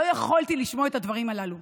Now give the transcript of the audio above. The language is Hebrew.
לא יכולתי לשמוע את הדברים הללו.